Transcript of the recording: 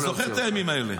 אתה זוכר את הימים האלה?